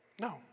No